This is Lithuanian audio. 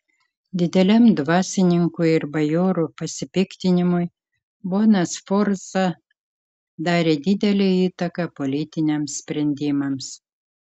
dideliam dvasininkų ir bajorų pasipiktinimui bona sforza darė didelę įtaką politiniams sprendimams